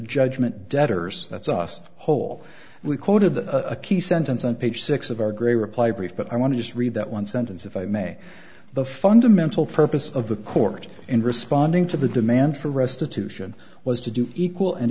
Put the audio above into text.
judgment debtors that's us whole we quoted that a key sentence on page six of our great reply brief but i want to just read that one sentence if i may the fundamental purpose of the court in responding to the demand for restitution was to do equal and